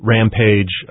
Rampage